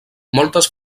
moltes